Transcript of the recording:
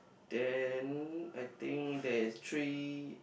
then I think there is three